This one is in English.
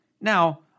Now